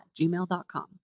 gmail.com